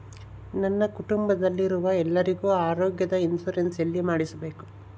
ನನ್ನ ಕುಟುಂಬದಲ್ಲಿರುವ ಎಲ್ಲರಿಗೂ ಆರೋಗ್ಯದ ಇನ್ಶೂರೆನ್ಸ್ ಎಲ್ಲಿ ಮಾಡಿಸಬೇಕು?